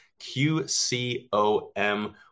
QCOM